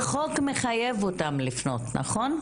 החוק מחייב אותם לפנות, נכון?